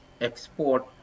export